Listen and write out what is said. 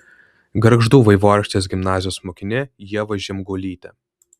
gargždų vaivorykštės gimnazijos mokinė ieva žemgulytė